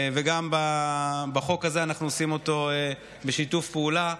גם את החוק הזה אנחנו עושים בשיתוף פעולה,